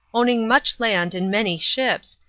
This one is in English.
owning much land and many ships,